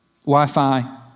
Wi-Fi